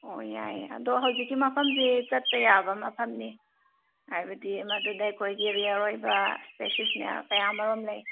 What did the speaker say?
ꯑꯣ ꯌꯥꯏꯑꯦ ꯑꯗꯣ ꯍꯧꯖꯤꯛꯀꯤ ꯃꯐꯝꯁꯦ ꯆꯠꯄ ꯌꯥꯕ ꯃꯐꯝꯅꯤ ꯍꯥꯏꯕꯗꯤ ꯃꯗꯨꯗ ꯑꯩꯈꯣꯏꯒꯤ ꯔꯤꯌ꯭ꯔ ꯑꯣꯏꯕ ꯏꯁꯄꯦꯁꯤꯁ ꯃꯌꯥꯝ ꯀꯌꯥꯃꯔꯨꯝ ꯂꯩ